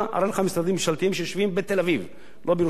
אראה לך משרדים ממשלתיים שיושבים בתל-אביב ולא בירושלים.